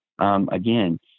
Again